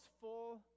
full